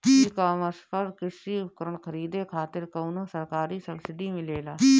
ई कॉमर्स पर कृषी उपकरण खरीदे खातिर कउनो सरकारी सब्सीडी मिलेला?